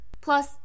Plus